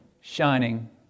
shining